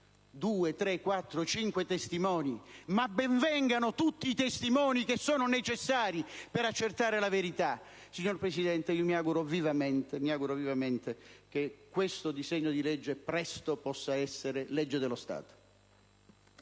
due, tre, quattro, cinque testimoni! Ma ben vengano tutti i testimoni che sono necessari per accertare la verità! Mi auguro vivamente che questo disegno di legge possa presto essere legge dello Stato.